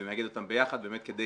ומאגד אותן ביחד, כדי